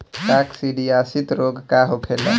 काकसिडियासित रोग का होखेला?